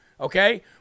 Okay